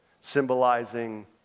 symbolizing